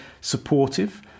supportive